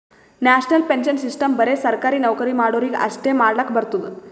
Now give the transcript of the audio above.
national pension system ಬರೆ ಸರ್ಕಾರಿ ನೌಕರಿ ಮಾಡೋರಿಗಿ ಅಷ್ಟೇ ಮಾಡ್ಲಕ್ ಬರ್ತುದ್